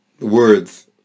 words